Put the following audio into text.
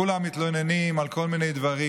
כולם מתלוננים על כל מיני דברים,